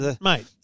Mate